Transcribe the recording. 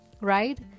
Right